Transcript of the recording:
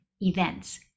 events